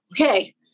okay